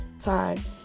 Time